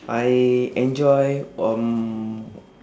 I enjoy um